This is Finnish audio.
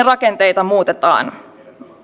rakenteita muutetaan